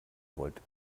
wollt